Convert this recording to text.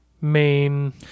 main